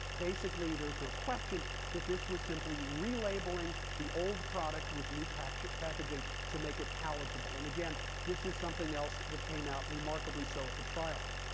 basically, there's no question that this was simply relabeling the old product with new packaging packaging to make it palatable. and again, this is something else that came out remarkably so at the trial.